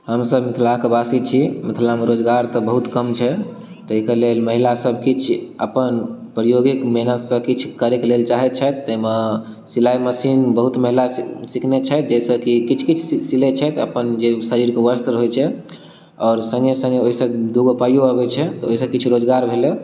हमसभ मिथिलाके बासी छी मिथिलामे रोजगार तऽ बहुत कम छै तै के लेल महिला सभ किछु अपन प्रयोगिक मेहनतसँ किछु करै के लेल चाहै छथि तैमे सिलाइ मशीन बहुत महिला सी सिखने छथि जैसँ कि किछु किछु सिलै छथि अपन जे शरीरके वस्त्र होइ छै आओर सङ्गे सङ्गे ओइसँ दुगो पाइयो अबै छै तऽ ओइसँ किछु रोजगार भेलै